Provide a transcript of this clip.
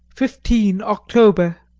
fifteen october,